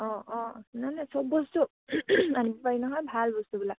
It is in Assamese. অঁ অঁ চব বস্তু আনিব পাৰি নহয় ভাল বস্তুবিলাক